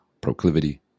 Proclivity